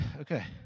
okay